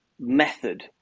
method